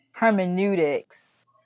hermeneutics